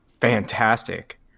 fantastic